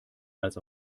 als